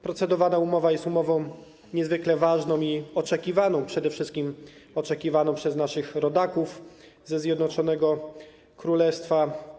Procedowana umowa jest umową niezwykle ważną i oczekiwaną, przede wszystkim oczekiwaną przez naszych rodaków ze Zjednoczonego Królestwa.